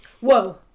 Whoa